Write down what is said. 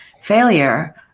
failure